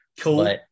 Cool